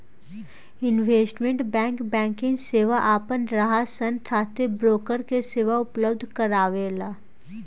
investment banking सेवा आपन ग्राहक सन खातिर ब्रोकर के सेवा उपलब्ध करावेला